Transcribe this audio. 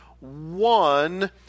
one